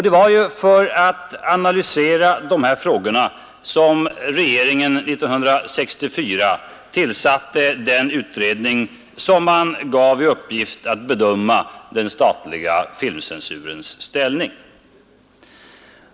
Det var för att analysera de här frågorna som regeringen 1964 tillsatte den utredning som fick i uppgift att bedöma den statliga filmcensurens ställning.